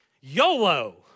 YOLO